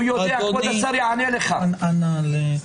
כבוד השר יענה לך.